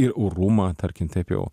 ir orumą tarkim taip jau